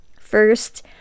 First